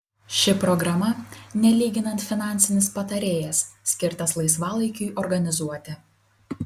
ši programa nelyginant finansinis patarėjas skirtas laisvalaikiui organizuoti